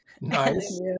Nice